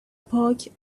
پاک